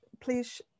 please